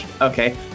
okay